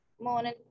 Morning